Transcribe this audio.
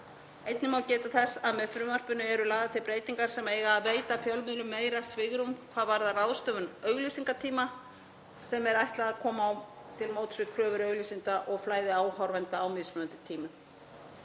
Einnig má geta þess að með frumvarpinu eru lagðar til breytingar sem eiga að veita fjölmiðlum meira svigrúm hvað varðar ráðstöfun auglýsingatíma, sem er ætlað að koma til móts við kröfur auglýsenda og flæði áhorfenda á mismunandi tímum.